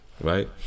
right